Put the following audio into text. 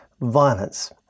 violence